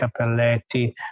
cappelletti